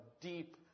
deep